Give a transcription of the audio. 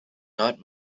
not